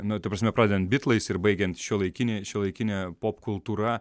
nu ta prasme pradedant bitlais ir baigiant šiuolaikini šiuolaikine popkultūra